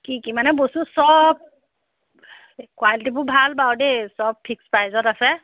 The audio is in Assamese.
কি কি মানে বস্তু চব এই কোৱালিটিবোৰ ভাল বাৰু দেই চব ফিক্স প্ৰাইজত আছে